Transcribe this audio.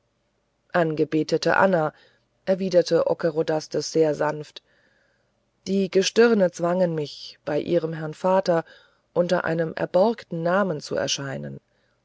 angebetete anna erwiderte ockerodastes sehr sanft die gestirne zwangen mich bei ihrem herrn vater unter einem erborgten namen zu erscheinen